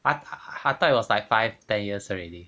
I I I thought it was like five ten years already